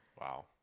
Wow